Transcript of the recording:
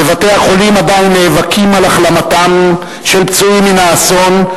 בבתי-החולים עדיין נאבקים על החלמתם של פצועים מן האסון,